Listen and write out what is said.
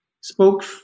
spoke